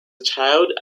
child